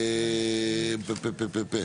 אוקיי,